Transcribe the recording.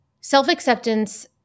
self-acceptance